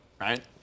right